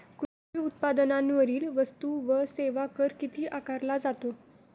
कृषी उत्पादनांवरील वस्तू व सेवा कर किती आकारला जातो?